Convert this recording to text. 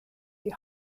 die